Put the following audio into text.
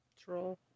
Troll